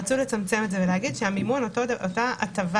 רצו לצמצם את זה ולומר שאותה הטבה